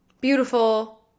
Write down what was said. beautiful